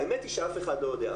האמת היא שאף אחד לא יודע.